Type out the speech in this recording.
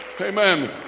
amen